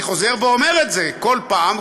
אני חוזר ואומר את זה כל פעם,